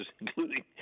including